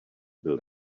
build